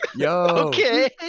Okay